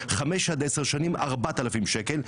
10-5 שנים 4,000 שקל.